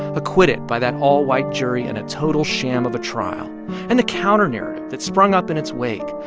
acquitted by that all-white jury in a total sham of a trial and the counternarrative that sprung up in its wake,